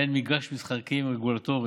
מעין מגרש משחקים רגולטורי,